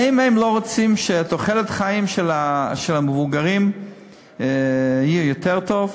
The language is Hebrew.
האם הם לא רוצים שתוחלת החיים של המבוגרים תהיה יותר טובה?